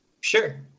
Sure